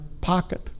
pocket